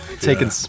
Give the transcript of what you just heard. taking